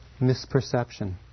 misperception